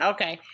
Okay